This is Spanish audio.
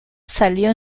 salió